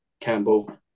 Campbell